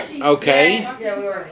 Okay